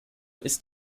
ist